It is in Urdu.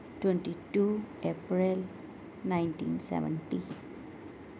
twenty two April nineteen seventy